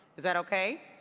is that okay?